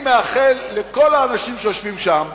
אני מאחל לכל האנשים שיושבים שם